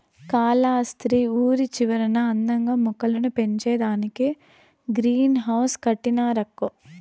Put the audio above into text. కాలస్త్రి ఊరి చివరన అందంగా మొక్కలు పెంచేదానికే గ్రీన్ హౌస్ కట్టినారక్కో